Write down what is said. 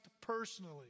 personally